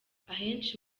ahenshi